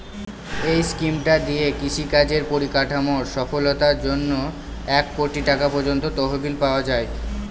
এই স্কিমটা দিয়ে কৃষি কাজের পরিকাঠামোর সফলতার জন্যে এক কোটি টাকা পর্যন্ত তহবিল পাওয়া যায়